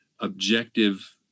objective